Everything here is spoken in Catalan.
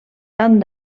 tant